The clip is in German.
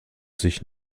sich